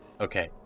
Okay